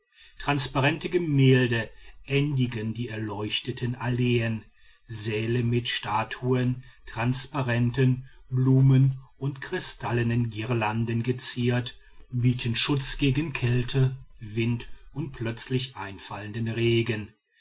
transparente gemälde endigen die erleuchteten alleen säle mit statuen transparenten blumen und kristallenen girlanden geziert bieten schutz gegen kälte wind und plötzlich einfallenden regen